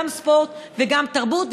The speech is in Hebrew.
גם בספורט וגם בתרבות,